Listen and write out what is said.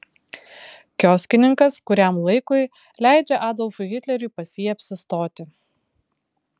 kioskininkas kuriam laikui leidžia adolfui hitleriui pas jį apsistoti